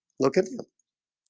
look at them